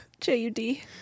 J-U-D